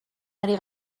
ari